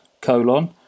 colon